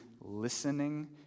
listening